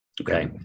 Okay